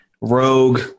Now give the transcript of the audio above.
rogue